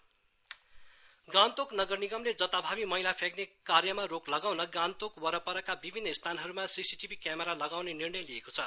GMC Gangtok नगर निगमले जताभावी मैला फ्याँक्रे कार्यमा रोक लगाउन गान्तोक वरपरका विभन्न स्थानहरूमा सीसीटीभी क्यामेरा लगाउने निर्णय लिएको छ